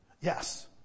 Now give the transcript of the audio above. Yes